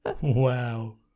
Wow